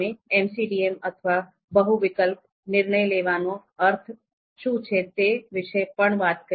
અમે MCDM અથવા બહુ વિકલ્પ નિર્ણય લેવાનો અર્થ શું છે તે વિશે પણ વાત કરી